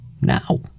now